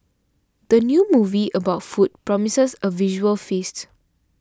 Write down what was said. the new movie about food promises a visual feast